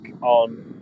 on